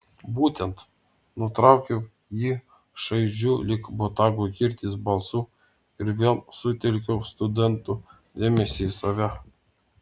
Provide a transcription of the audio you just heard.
būtent nutraukiau jį šaižiu lyg botago kirtis balsu ir vėl sutelkiau studentų dėmesį į save